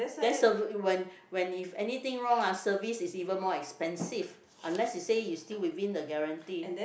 that's a when when if anything wrong ah service is even more expensive unless you say you still within the guarantee